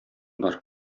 бар